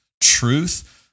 truth